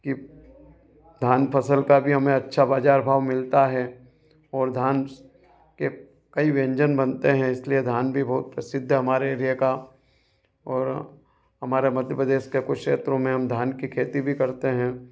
कि धान फसल का भी हमें अच्छा बाजार भाव मिलता है और धान के कई व्यंजन बनते हैं इसलिए धान भी बहुत प्रसिद्ध है हमारे एरिया का और हमारे मध्य प्रदेश के कुछ क्षेत्रों में हम धान की खेती भी करते हैं